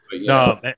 No